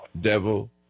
devil